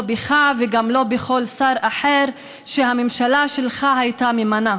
לא בך, וגם לא בכל שר אחר שהממשלה שלך הייתה ממנה.